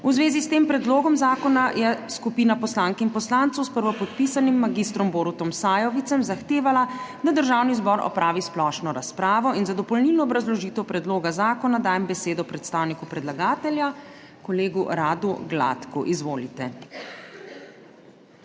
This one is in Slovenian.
V zvezi s tem predlogom zakona je skupina poslank in poslancev 9. TRAK: (SC) – 9.40 (nadaljevanje) s prvopodpisanim mag. Borutom Sajovicem zahtevala, da Državni zbor opravi splošno razpravo in za dopolnilno obrazložitev predloga zakona dajem besedo predstavniku predlagatelja kolegu Radu Gladku. Izvolite.